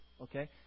Okay